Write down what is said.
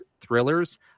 thrillers